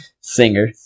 Singer